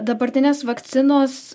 dabartinės vakcinos